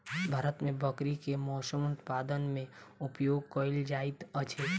भारत मे बकरी के मौस उत्पादन मे उपयोग कयल जाइत अछि